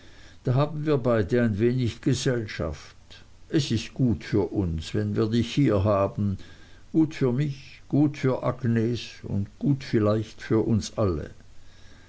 da haben wir beide ein wenig gesellschaft es ist gut für uns wenn wir dich hier haben gut für mich gut für agnes gut vielleicht für uns alle